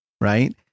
Right